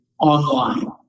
online